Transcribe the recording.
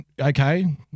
okay